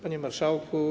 Panie Marszałku!